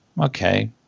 Okay